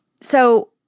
So-